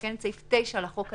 שמתקן את סעיף 9 לחוק העיקרי,